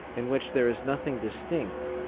in which there is nothing distinct,